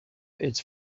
its